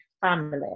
family